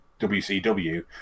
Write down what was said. WCW